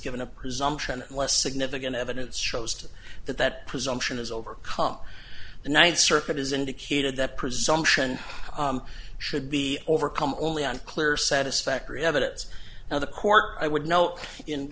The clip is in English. given a presumption less significant evidence shows that that presumption is overcome the ninth circuit has indicated that presumption should be overcome only on clear satisfactory evidence and the court i would